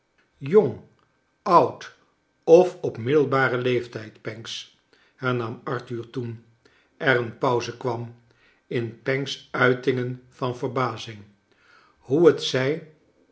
jong oud of op middelbaren leeftij'd pancks hernam arthur toen er een pauze kwam in panck's uitingen van verbazing hoe t zij